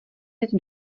jet